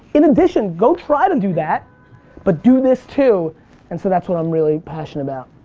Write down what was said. in addition go try to do that but do this too and so that's what i'm really passionate about.